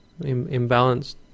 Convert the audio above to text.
imbalanced